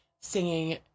singing